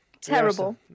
Terrible